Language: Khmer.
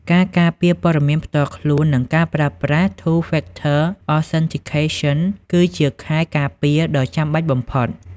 ការការពារព័ត៌មានផ្ទាល់ខ្លួន និងការប្រើប្រាស់ Two-Factor Authentication គឺជាខែលការពារដ៏ចាំបាច់បំផុត។